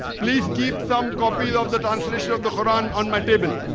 please keep some copies of the translation of the quran on my table